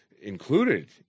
Included